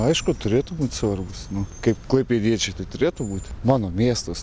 aišku turėtų būt svarbūs nu kaip klaipėdiečiui tai turėtų būti mano miestas